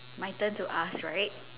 my turn to ask right